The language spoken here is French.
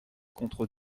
contre